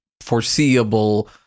foreseeable